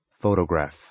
Photograph